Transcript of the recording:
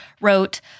wrote